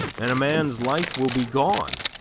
and a man's life will be gone.